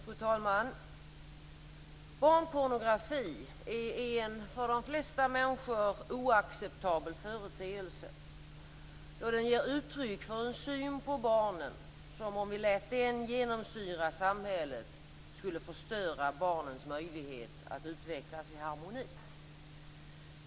Fru talman! Barnpornografi är en för de flesta människor oacceptabel företeelse då den ger uttryck för en syn på barnen som, om vi lät den genomsyra samhället, skulle förstöra barnens möjlighet att utvecklas i harmoni.